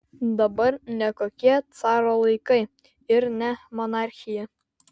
dabar ne kokie caro laikai ir ne monarchija